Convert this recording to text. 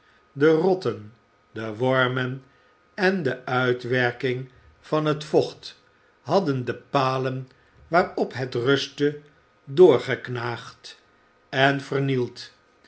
de rotten de wormen en de uitwerking van het vocht hadden de palen waarop het rustte doorknaagd en vernield